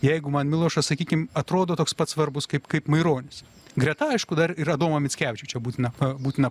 jeigu man milošas sakykim atrodo toks pat svarbus kaip kaip maironis greta aišku dar ir adomą mickevičių čia būtina būtina